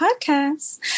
podcast